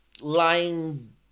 lying